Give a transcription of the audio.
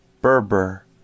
Berber